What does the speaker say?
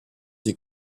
des